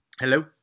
hello